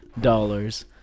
dollars